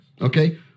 Okay